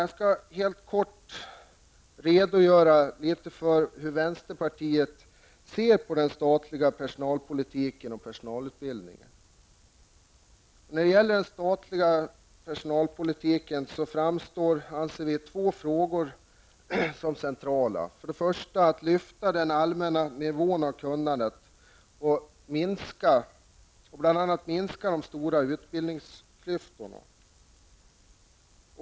Jag skall kortfattat redogöra litet för hur vänsterpartiet ser på den statliga personalpolitiken och personalutbildningen. När det gäller den statliga personalpolitiken framstår två frågor som centrala. För det första att man skall lyfta den allmänna nivån på kunnandet och bl.a. minska det stora utbildningsklyftorna.